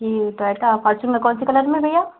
जी Toyota Fortuner कौन से colour में भैया